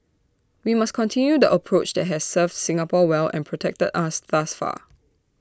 we must continue the approach that has served Singapore well and protected us thus far